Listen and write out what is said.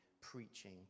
preaching